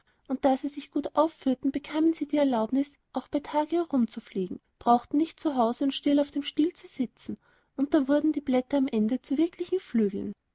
und da sie sich gut aufführten bekamen sie die erlaubnis auch bei tage herumzufliegen brauchten nicht zu hause und still auf dem stiel zu sitzen und da wurden die blätter am ende zu wirklichen flügeln